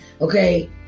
Okay